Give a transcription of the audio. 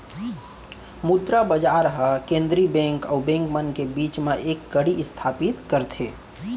मुद्रा बजार ह केंद्रीय बेंक अउ बेंक मन के बीच म एक कड़ी इस्थापित करथे